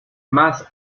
más